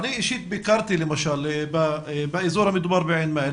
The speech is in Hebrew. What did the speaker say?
אני אישית ביקשתי באזור המדובר בעין מאהל,